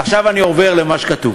עכשיו אני עובר למה שכתוב: